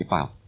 File